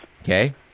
Okay